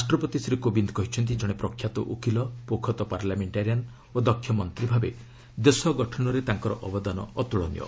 ରାଷ୍ଟ୍ରପତି ଶ୍ରୀ କୋବିନ୍ଦ କହିଛନ୍ତି ଜଣେ ପ୍ରଖ୍ୟାତ ଓକିଲ ପୋଖତ ପାର୍ଲାମେଣ୍ଟାରିଆନ୍ ଓ ଦକ୍ଷ ମନ୍ତ୍ରୀ ଭାବେ ଦେଶ ଗଠନରେ ତାଙ୍କର ଅବଦାନ ଅତ୍କଳନୀୟ